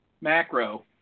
Macro